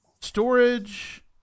Storage